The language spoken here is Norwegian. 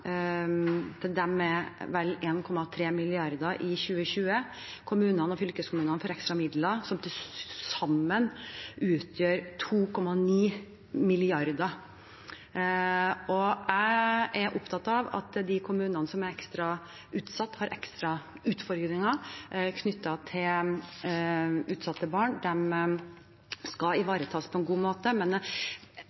Kommunene og fylkeskommunene får ekstra midler som til sammen utgjør 2,9 mrd. kr. Jeg er opptatt av at de kommunene som er ekstra utsatt og som har ekstra utfordringer knyttet til utsatte barn, skal